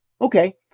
Okay